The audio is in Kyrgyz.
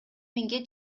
миңге